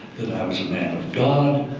that i was a man of god.